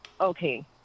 okay